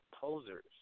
posers